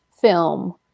film